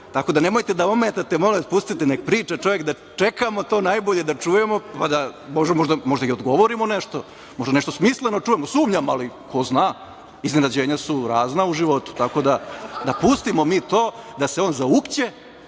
najbolje. Nemojte da ometate molim vas, pustite neka priča čovek. Čekamo to najbolje da čujemo, pa možda i odgovorimo na nešto, možda nešto smisleno čujemo. Sumnjam, ali ko zna. Iznenađenja su razna u životu. Da pustimo mi to, da se on zaukće,